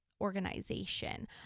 organization